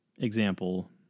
example